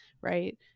right